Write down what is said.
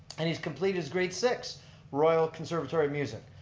and he's completed his grade six royal conservatory music.